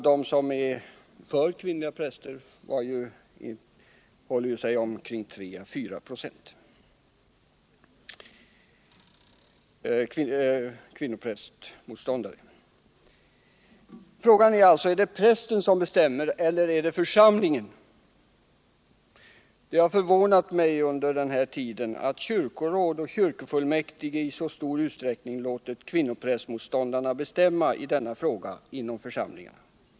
De som är mot Om åtgärder mot diskriminering av kvinnor inom svenska kyrkan Frågan är alltså om det är prästen som bestämmer eller om det är församlingen. Det har förvånat mig under den här tiden att kyrkoråd och kyrkofullmäktige i så stor utsträckning låtit kvinnoprästmotståndarna bestämma i denna fråga inom församlingarna.